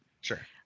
Sure